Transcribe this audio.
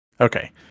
Okay